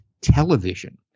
television